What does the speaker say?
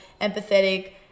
empathetic